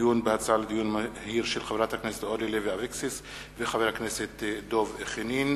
הצעתם של חברת הכנסת אורלי לוי אבקסיס וחבר הכנסת דב חנין.